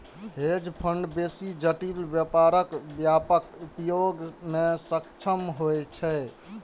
hedge fund बेसी जटिल व्यापारक व्यापक उपयोग मे सक्षम होइ छै